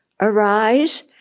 arise